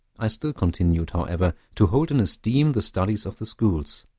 i still continued, however, to hold in esteem the studies of the schools.